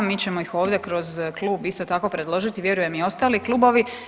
Mi ćemo ih ovdje kroz klub isto tako predložiti, vjerujem i ostali klubovi.